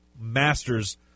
masters